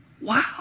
Wow